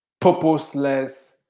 purposeless